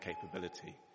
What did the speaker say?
capability